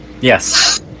yes